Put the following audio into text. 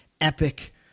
epic